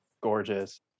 gorgeous